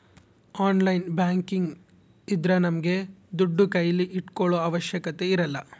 online banking ಇದ್ರ ನಮ್ಗೆ ದುಡ್ಡು ಕೈಲಿ ಇಟ್ಕೊಳೋ ಅವಶ್ಯಕತೆ ಇರಲ್ಲ